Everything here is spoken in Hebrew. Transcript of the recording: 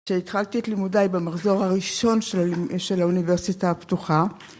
‫כשהתחלתי את לימודיי ‫במחזור הראשון של האוניברסיטה הפתוחה,